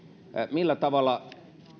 millä tavalla